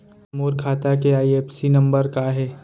मोर खाता के IFSC number का हे?